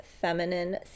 feminine